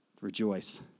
rejoice